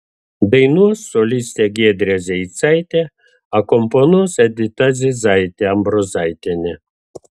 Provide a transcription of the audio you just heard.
dainuos solistė giedrė zeicaitė akompanuos edita zizaitė ambrozaitienė